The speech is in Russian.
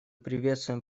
приветствуем